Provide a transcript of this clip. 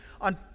on